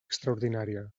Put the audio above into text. extraordinària